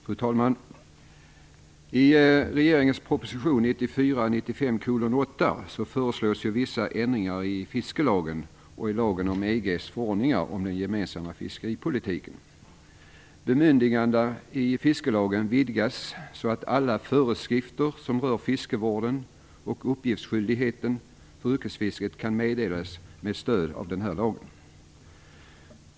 Fru talman! I regeringens proposition 1995/96:8 föreslås ju vissa ändringar i fiskelagen och i lagen om EG:s förordningar om den gemensamma fiskeripolitiken. Bemyndigandena i fiskelagen utvidgas så att alla föreskrifter rörande fiskevården och uppgiftsskyldigheten för yrkesfisket kan meddelas med stöd av lagen.